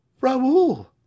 Raoul